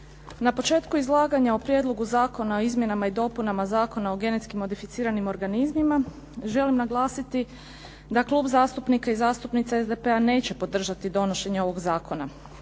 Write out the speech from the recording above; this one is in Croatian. Na početku izlaganja o Prijedlogu zakona o izmjenama i dopunama Zakona o genetski modificiranim organizmima želim naglasiti da Klub zastupnika i zastupnica SDP-a neće podržati donošenje ovog zakona.